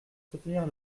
soutenir